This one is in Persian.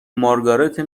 مارگارت